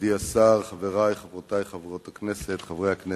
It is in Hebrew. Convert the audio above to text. נכבדי השר, חברותי חברות הכנסת, חברי חברי הכנסת,